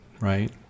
right